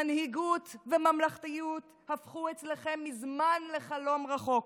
מנהיגות וממלכתיות הפכו אצלכם מזמן לחלום רחוק.